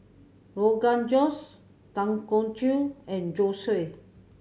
Rogan Josh Dangojiru and Zosui